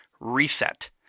reset